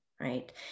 right